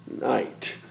night